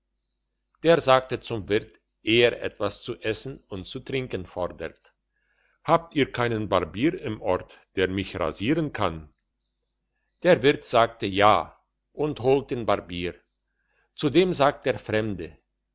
der sagt zum wirt eh er etwas zu essen und zu trinken fordert habt ihr keinen barbier im ort der mich rasieren kann der wirt sagt ja und holt den barbierer zu dem sagt der fremde